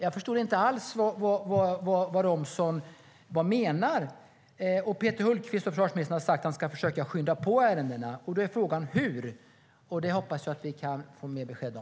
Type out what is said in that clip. Jag förstår inte alls vad Romson menar. Försvarsminister Peter Hultqvist har sagt att han ska försöka skynda på ärendena. Frågan är hur, och det hoppas jag att vi kan få besked om.